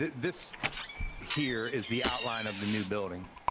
this here is the outline of the new building.